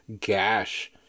gash